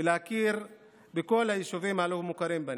ולהכיר בכל היישובים הלא-מוכרים בנגב.